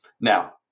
Now